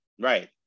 right